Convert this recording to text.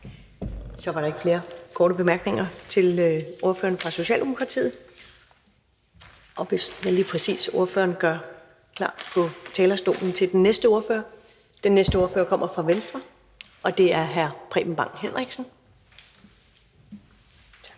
Så er der ikke flere korte bemærkninger til ordføreren for Socialdemokratiet. Jeg vil lige bede ordføreren om at gøre talerstolen klar til den næste ordfører. Den næste ordfører kommer fra Venstre, og det er hr. Preben Bang Henriksen.